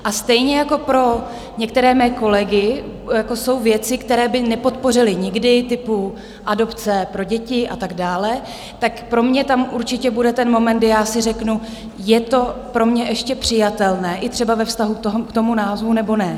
A stejně jako pro některé mé kolegy jsou věci, které by nepodpořili nikdy, typu adopce pro děti a tak dále, tak pro mě tam určitě bude ten moment, kdy já si řeknu je to pro mě ještě přijatelné i třeba ve vztahu k tomu názvu, nebo ne?